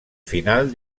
final